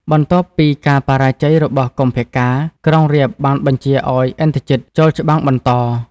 បន្ទាប់ពីការបរាជ័យរបស់កុម្ពកាណ៍ ក្រុងរាពណ៍បានបញ្ជាឱ្យឥន្ទ្រជិតចូលច្បាំងបន្ត។។